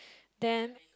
then